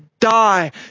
Die